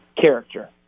character